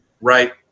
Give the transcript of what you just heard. right